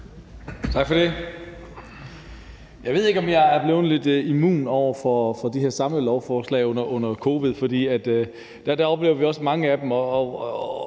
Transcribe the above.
Tak for det. Jeg ved ikke, om jeg er blevet lidt immun over for de her samlelovforslag under covid-19, for der oplevede vi også mange af dem.